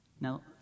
Now